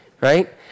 right